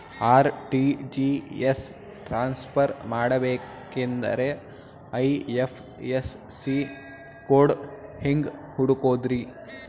RTGS transfer ಮಾಡಬೇಕೆಂದರೆ IFSC code ಹೆಂಗ್ ಹುಡುಕೋದ್ರಿ?